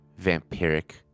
vampiric